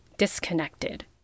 disconnected